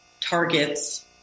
targets